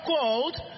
called